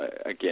again